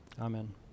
Amen